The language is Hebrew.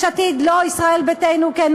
יש עתיד, לא, ישראל ביתנו, כן.